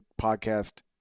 podcast